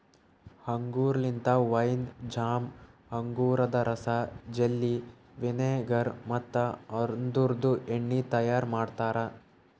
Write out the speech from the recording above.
ಅಂಗೂರ್ ಲಿಂತ wine, jam, ಅಂಗೂರದ ರಸ, ಜೆಲ್ಲಿ, ವಿನೆಗರ್ ಮತ್ತ ಅದುರ್ದು ಎಣ್ಣಿ ತೈಯಾರ್ ಮಾಡ್ತಾರ